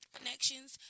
connections